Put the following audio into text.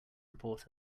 report